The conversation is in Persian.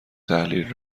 تحلیل